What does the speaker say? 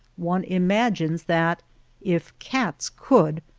one imagines that if cats could,